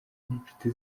n’inshuti